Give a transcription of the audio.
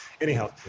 anyhow